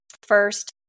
First